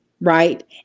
Right